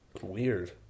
Weird